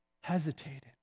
hesitated